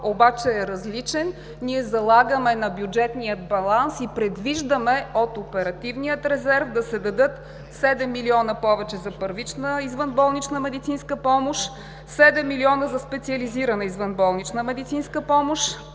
обаче е различен. Ние залагаме на бюджетния баланс и предвиждаме от оперативния резерв да се дадат седем милиона повече за първична извънболнична медицинска помощ, седем милиона за специализирана извънболнична медицинска помощ,